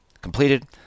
completed